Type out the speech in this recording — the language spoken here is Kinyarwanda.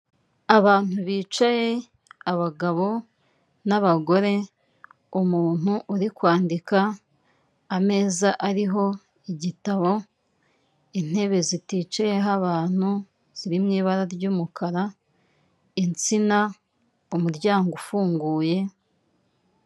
Abantu bicaye abagabo n'abagore, umuntu uri kwandika, ameza ariho igitabo, intebe ziticayeho abantu ziri mu ibara ry'umukara, insina, umuryango ufunguye.